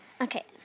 Okay